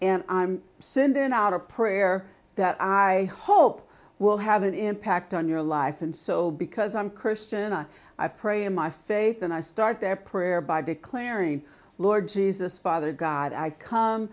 and i'm sending out a prayer that i hope will have an impact on your life and so because i'm christian i pray in my faith and i start their prayer by declaring lord jesus father god i come